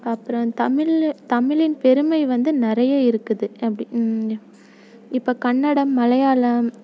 அப்புறோம் தமிழ் தமிழின் பெருமை வந்து நிறைய இருக்குது அப்படி இப்போ கன்னடம் மலையாளம்